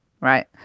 Right